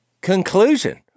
conclusion